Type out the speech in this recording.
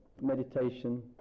meditation